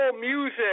music